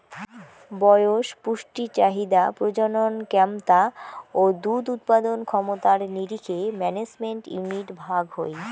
বয়স, পুষ্টি চাহিদা, প্রজনন ক্যমতা ও দুধ উৎপাদন ক্ষমতার নিরীখে ম্যানেজমেন্ট ইউনিট ভাগ হই